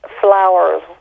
flowers